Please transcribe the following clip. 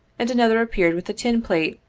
and another appeared with a tin plate,